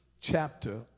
chapter